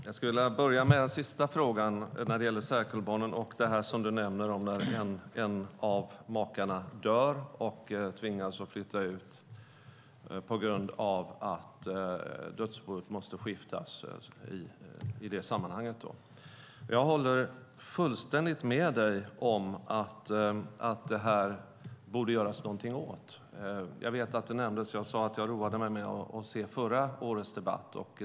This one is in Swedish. Herr talman! Jag börjar med den sista frågan om särkullbarnen och vad Jonas Gunnarsson sade om när en av makarna dör och den andra maken tvingas att flytta ut på grund av att dödsboet måste skiftas. Jag håller fullständigt med dig om att något borde göras. Jag sade att jag roade mig med att ta del av förra årets debatt.